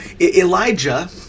Elijah